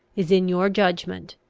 is in your judgment,